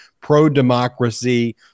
pro-democracy